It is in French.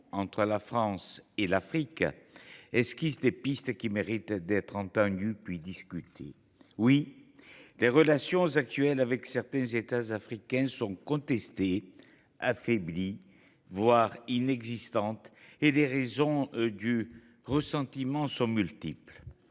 situation et esquisse des pistes qui doivent être entendues et discutées. Oui, les relations actuelles avec certains États africains sont contestées, affaiblies, voire inexistantes, et les raisons du ressentiment sont multiples.